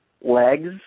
legs